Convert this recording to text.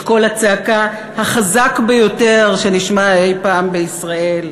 קול הצעקה החזק ביותר שנשמע אי-פעם בישראל,